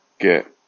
get